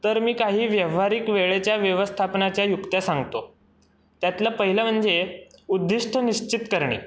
तर मी काही व्यवहारिक वेळेच्या व्यवस्थापनाच्या युक्त्या सांगतो त्यातलं पहिलं म्हणजे उद्दिष्ट निश्चित करणे